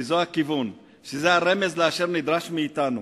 שזה הכיוון, שזה הרמז לאשר נדרש מאתנו,